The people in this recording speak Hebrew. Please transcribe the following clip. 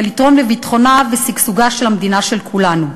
ולתרום לביטחונה ושגשוגה של המדינה של כולנו.